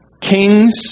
kings